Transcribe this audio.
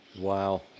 Wow